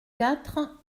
quatre